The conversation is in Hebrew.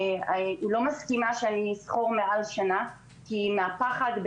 היא לא מסכימה שאני אשכור את המקום מעל לשנה כי אולי